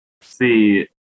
see